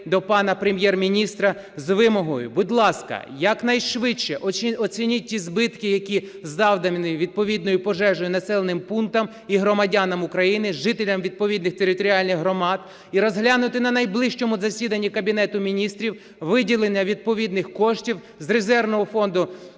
до пана Прем'єр-міністра з вимогою: будь ласка, якнайшвидше оцініть ті збитки, які завдані відповідною пожежею населеним пунктам і громадянам України, жителям відповідних територіальних громад, і розглянути на найближчому засіданні Кабінету Міністрів виділення відповідних коштів з резервного фонду